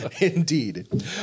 indeed